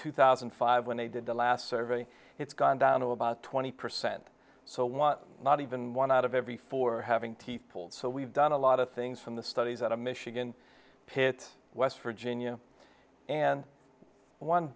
two thousand and five when they did the last survey it's gone down to about twenty percent so one not even one out of every four having tea pulled so we've done a lot of things from the studies at a michigan pit west virginia and one